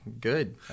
good